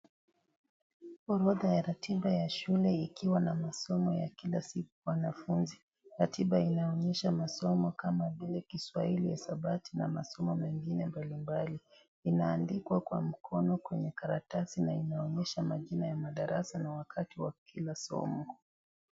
Orodha ya ratiba ya shule ikiwa na masomo ya kila siku ya wanafunzi. Ratiba inaonyesha masomo kama vile kiswahili, hisabati na masomo mengine mbalimbali. Inaandikwa na mkono kwenye karatasi na inaonyesha majina ya madarasa na wakati wa kila somo.